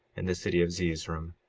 and the city of zeezrom,